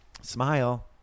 smile